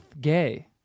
gay